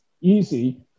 easy